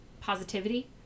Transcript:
Positivity